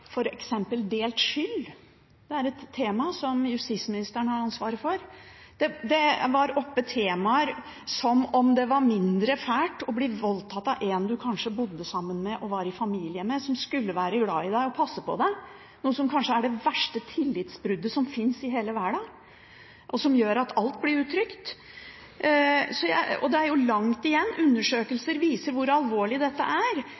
delt skyld – et tema som justisministeren har ansvaret for. Det har vært oppe temaer som f.eks. at det er mindre fælt å bli voldtatt av en som en kanskje bor sammen med og er i familie med – som skulle være glad i en og passe på en – noe som kanskje er det verste tillitsbruddet i hele verden, og som gjør at alt blir utrygt. Så det er langt igjen. Undersøkelser viser hvor alvorlig dette er,